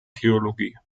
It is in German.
theologie